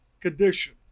condition